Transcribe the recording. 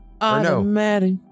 Automatic